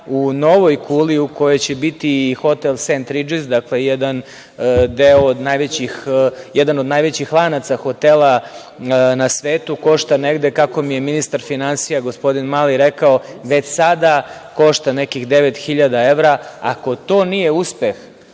u novoj kuli u kojoj će biti hotel „St. Regis“, jedan od najvećih lanaca hotela na svetu. Košta negde, kako mi je ministar finansija, gospodin Mali rekao, već sada košta nekih 9.000 evra. Ako to nije uspeh,